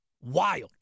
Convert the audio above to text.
Wild